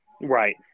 Right